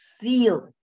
sealed